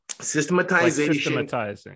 systematization